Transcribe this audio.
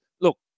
look